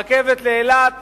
הרכבת לאילת